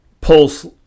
Pulse